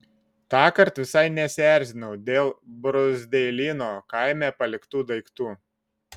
tąkart visai nesierzinau dėl bruzdeilyno kaime paliktų daiktų